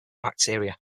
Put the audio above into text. bacteria